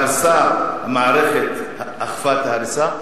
והמערכת אכפה את ההריסה,